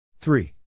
three